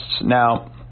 Now